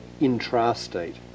intrastate